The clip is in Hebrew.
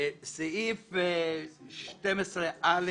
בסעיף קטן (ד),